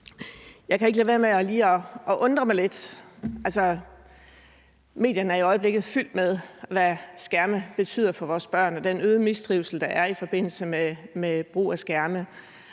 Jeg kan ikke lade være med lige at undre mig lidt. Medierne er i øjeblikket fyldt med historier om, hvad skærme betyder for vores børn, og den øgede mistrivsel, der er i forbindelse med brug af skærme.